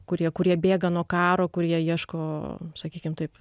kurie kurie bėga nuo karo kurie ieško sakykim taip